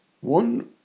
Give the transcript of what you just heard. One